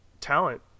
talent